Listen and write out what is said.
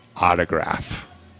autograph